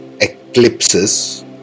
eclipses